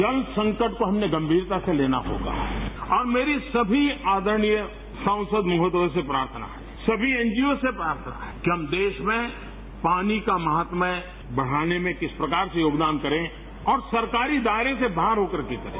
जल संकट को हमने गंगीरता से लेना होगा और मेरी सभी आदरणीय सांसद महोदयों से प्रार्थना है सभी एनजीओ से प्रार्थना है कि हम देश में पानी का महात्म्य बढ़ाने में किस प्रकार से योगदान करें और सरकारी दायरे से बाहर हो कर करके करें